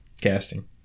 casting